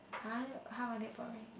!huh! how are they pouring